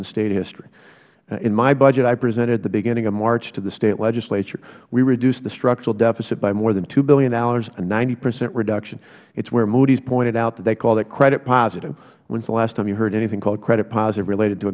in state history in my budget i present at the beginning of march to the state legislature we reduced the structural deficit by more than two dollars billion a ninety percent reduction it is where moodys pointed out that they called it credit positive when is the last time you heard anything called credit positive related to